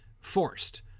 forced